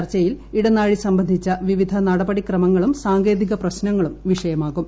ചർച്ചയിൽ ഇടനാഴി സംബന്ധിച്ച വിവിധ നടപടിക്രമങ്ങളും സാങ്കേതിക പ്രശ്നങ്ങളും വിഷയമാകും